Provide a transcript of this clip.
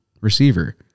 receiver